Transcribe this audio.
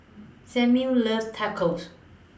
Samir loves Tacos